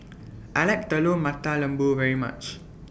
I like Telur Mata Lembu very much